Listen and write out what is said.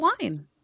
wine